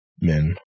men